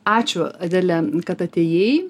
ačiū adele kad atėjai